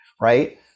right